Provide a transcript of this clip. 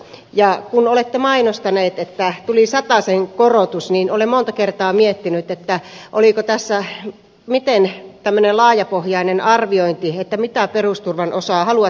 ja kun olette mainostaneet että tuli satasen korotus niin olen monta kertaa miettinyt oliko tässä miten laajapohjainen arviointi mitä perusturvan osaa haluatte korottaa